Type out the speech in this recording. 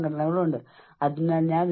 സംഘടനാ ആശയവിനിമയമാണ് മറ്റൊന്ന്